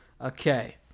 Okay